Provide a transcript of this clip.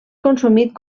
consumit